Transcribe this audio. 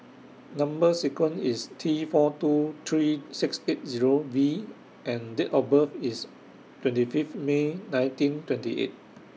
Number sequence IS T four seven two three six eight Zero V and Date of birth IS twenty Fifth May nineteen twenty eight